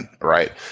right